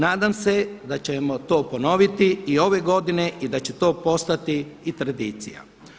Nadam se da ćemo to ponoviti i ove godine i da će to postati i tradicija.